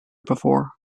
before